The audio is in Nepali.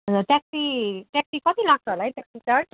हजुर ट्याक्सी ट्याक्सी कति लाग्छ होला है ट्याक्सी चार्ज